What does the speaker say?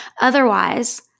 Otherwise